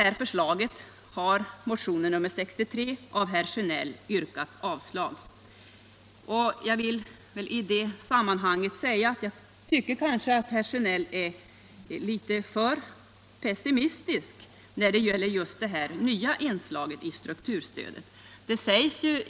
Jag vill i detta sammanhang säga att herr Sjönell kanske är litet för pessimistisk när det gäller just det nya inslaget i strukturstödet.